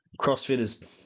Crossfitters